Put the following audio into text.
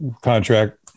contract